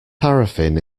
paraffin